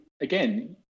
again